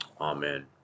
Amen